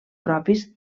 propis